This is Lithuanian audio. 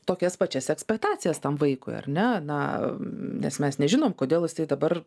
tokias pačias ekspektacijas tam vaikui ar ne na nes mes nežinom kodėl jisai dabar